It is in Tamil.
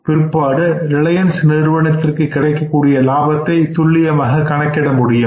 அதன் பிற்பாடு ரிலையன்ஸ் நிறுவனத்திற்கு கிடைக்கக்கூடிய லாபத்தை துல்லியமாக கணக்கிட முடியும்